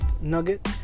nugget